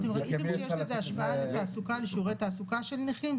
אתם ראיתם שיש לזה השפעה לשיעורי תעסוקה של נכים?